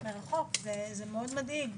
זה מאוד מדאיג,